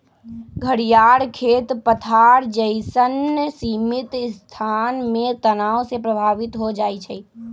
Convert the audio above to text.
घरियार खेत पथार जइसन्न सीमित स्थान में तनाव से प्रभावित हो जाइ छइ